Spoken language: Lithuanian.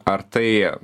ar tai